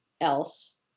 else